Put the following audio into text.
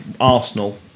Arsenal